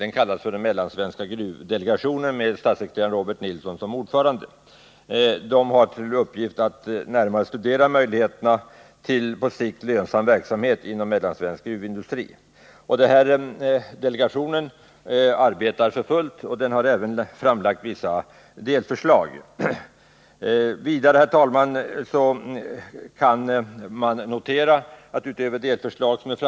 Den kallas för mellansvenska gruvdelegationen och har till uppgift att närmare studera möjligheterna till en på sikt lönsam verksamhet inom mellansvensk gruvindustri. Ordförande är statssekreteraren Robert Nilsson. Denna delegation arbetar för fullt och har även framlagt vissa delförslag.